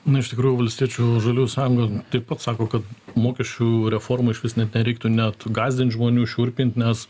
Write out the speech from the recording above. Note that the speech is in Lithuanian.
nu iš tikrųjų valstiečių žaliųjų sąjunga taip pat sako kad mokesčių reforma išvis net nereiktų net gąsdint žmonių šiurpint nes